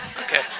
Okay